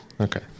Okay